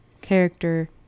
character